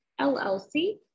LLC